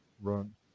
run